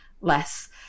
less